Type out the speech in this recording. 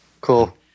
Cool